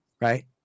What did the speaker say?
Right